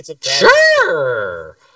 Sure